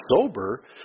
sober